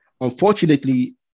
Unfortunately